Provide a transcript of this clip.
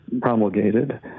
promulgated